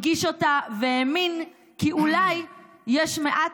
הגיש אותה והאמין כי אולי יש מעט,